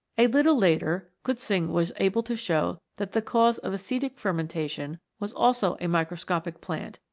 a little later kutzing was able to show that the cause of acetic fermentation was also a microscopic plant,